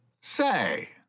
Say